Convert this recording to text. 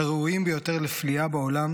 הראויים ביותר לפליאה בעולם